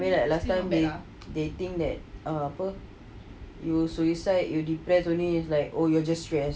where last time they think that eh apa you suicide you depressed only it's like oh you're just stress